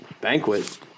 Banquet